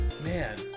Man